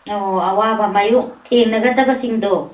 ꯑꯣ ꯑꯋꯥꯕ ꯃꯥꯏꯌꯣꯛ ꯊꯦꯡꯅꯒꯗꯕꯁꯤꯡꯗꯣ